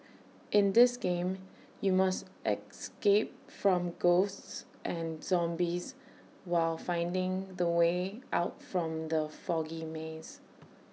in this game you must escape from ghosts and zombies while finding the way out from the foggy maze